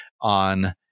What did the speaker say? on